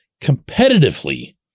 competitively